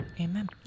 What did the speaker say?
Amen